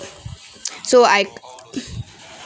so I